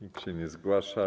Nikt się nie zgłasza.